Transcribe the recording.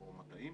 או מטעים,